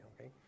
okay